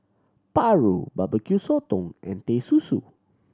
paru Barbecue Sotong and Teh Susu